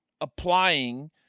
applying